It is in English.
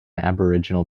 aboriginal